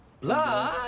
Blood